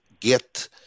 get